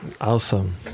Awesome